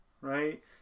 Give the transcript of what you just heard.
right